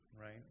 Right